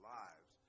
lives